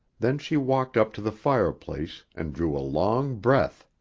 then she walked up to the fireplace, and drew a long breath.